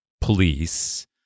police